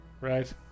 right